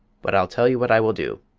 but i'll tell you what i will do.